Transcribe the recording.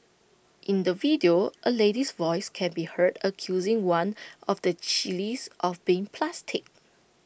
in the video A lady's voice can be heard accusing one of the chillies of being plastic